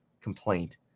complaint